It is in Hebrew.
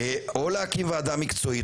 שזו תהיה אחת מההמלצות להקים ועדה מקצועית